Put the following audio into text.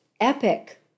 epic